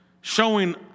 showing